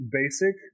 basic